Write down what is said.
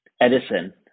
Edison